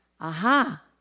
Aha